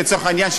לצורך העניין,